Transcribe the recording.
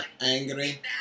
Angry